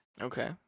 Okay